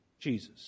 Jesus